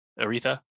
Aretha